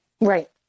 Right